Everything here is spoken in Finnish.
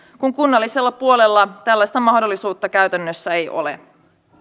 kun kunnallisella puolella tällaista mahdollisuutta käytännössä ei ole